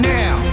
now